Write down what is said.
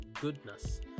goodness